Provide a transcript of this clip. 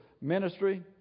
ministry